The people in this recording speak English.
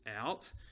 out